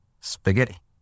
Spaghetti